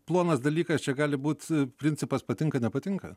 plonas dalykas čia gali būt principas patinka nepatinka